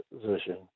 position